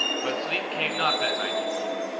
but sleep came not that night to thor,